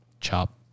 Chop